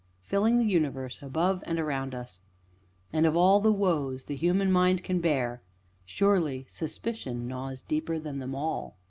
filling the universe above and around us and of all the woes the human mind can bear surely suspicion gnaws deeper than them all!